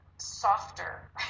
softer